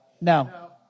No